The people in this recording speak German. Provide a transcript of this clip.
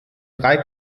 drei